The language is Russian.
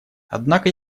однако